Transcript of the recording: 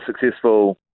successful